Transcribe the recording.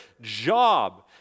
job